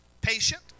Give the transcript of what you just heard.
patient